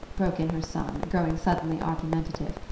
broke in her son, growing suddenly argumentative.